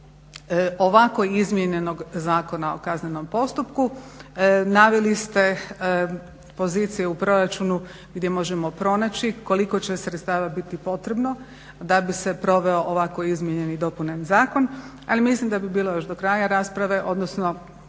ovako izmijenjenog Zakona o kaznenom postupku. Naveli ste pozicije u proračunu gdje možemo pronaći koliko će sredstava biti potrebno da bi se proveo ovako izmijenjen i dopunjen zakon. Ali mislim da bi bilo još do kraja rasprave odnosno